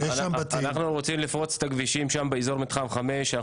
אנחנו רוצים לפרוץ את הכבישים שם באזור מתחם 5. אנחנו